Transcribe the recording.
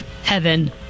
heaven